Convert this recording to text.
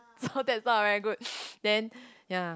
so that's why I very good then ya